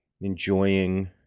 enjoying